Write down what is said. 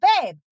babe